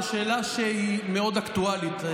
זו שאלה שהיא מאוד אקטואלית.